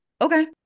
okay